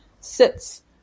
sits